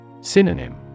Synonym